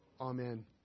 Amen